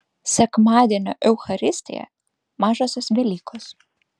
sekmadienio eucharistija mažosios velykos